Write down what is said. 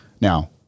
Now